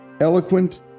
eloquent